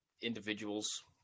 individuals